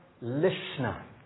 listener